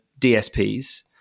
DSPs